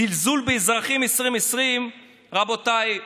זלזול באזרחים 2020, רבותיי,